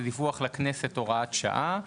זהו דיווח לכנסת, הוראת שעה.